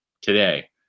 today